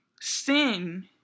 sin